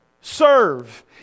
serve